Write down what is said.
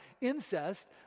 Incest